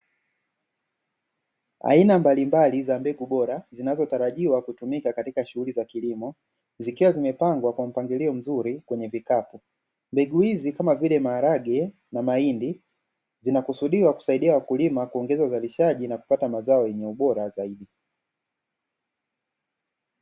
Aina mbalimbali za mbegu bora zinazotarajiwa kutumika katika shughuli za kilimo zikiwa zimepangwa kwa mpangilio mzuri kwenye vikapu. mbegu hizi kama vile maharage na mahindi zinakusudiwa kusaidia wakulima kuongeza uzalishaji na kupata mazao yenye ubora zaidi.